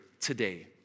today